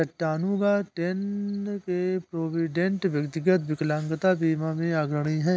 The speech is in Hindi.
चट्टानूगा, टेन्न के प्रोविडेंट, व्यक्तिगत विकलांगता बीमा में अग्रणी हैं